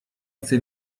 chce